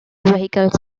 vehicles